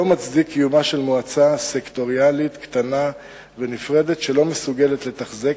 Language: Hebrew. הוא לא מצדיק קיומה של מועצה סקטוריאלית קטנה ונפרדת שלא מסוגלת לתחזק